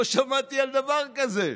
לא שמעתי על דבר כזה,